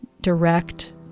direct